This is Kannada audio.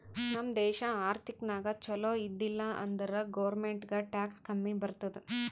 ನಮ್ ದೇಶ ಆರ್ಥಿಕ ನಾಗ್ ಛಲೋ ಇದ್ದಿಲ ಅಂದುರ್ ಗೌರ್ಮೆಂಟ್ಗ್ ಟ್ಯಾಕ್ಸ್ ಕಮ್ಮಿ ಬರ್ತುದ್